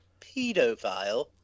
pedophile